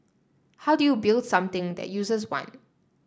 how do you build something that users want